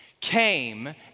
came